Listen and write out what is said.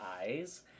eyes